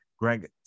Greg